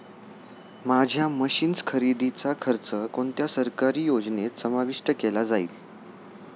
माझ्या मशीन्स खरेदीचा खर्च कोणत्या सरकारी योजनेत समाविष्ट केला जाईल?